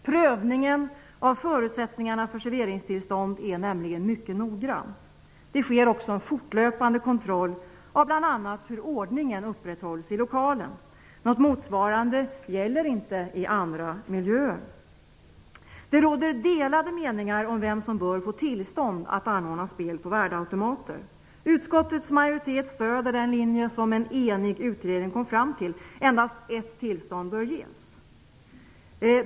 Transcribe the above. Prövningen av förutsättningarna för serveringstillstånd är nämligen mycket noggrann. Det sker också en fortlöpande kontroll av bl.a. hur ordningen upprätthålls i lokalen. Något motsvarande gäller inte i andra miljöer. Det råder delade meningar om vem som bör få tillstånd att anordna spel på värdeautomater. Utskottets majoritet stöder den linje som en enig utredning kom fram till: endast ett tillstånd bör ges.